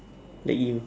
like you